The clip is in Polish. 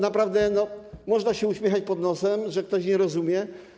Naprawdę można się uśmiechać pod nosem, że ktoś nie rozumie.